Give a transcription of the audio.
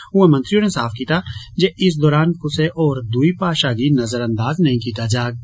ऊआं मंत्री होरें साफ कीता जे इस दौरान कुसै होर दुई भाषा गी नज़रअंदाज़ नेई कीता जाग